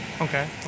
Okay